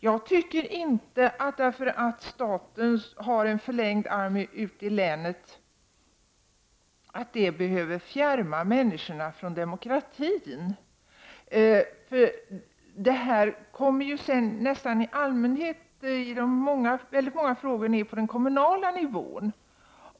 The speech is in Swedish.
Jag tycker inte att det förhållandet att staten har en förlängd arm ute i länet behöver fjärma människorna från demokratin. Frågorna kommer i många fall så småningom ned på den kommunala nivån.